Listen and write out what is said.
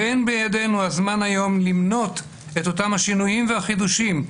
ואין בידינו הזמן היום למנות את אותם השינויים והחידושים,